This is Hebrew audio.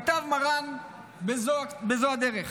כתב מרן בזו הדרך: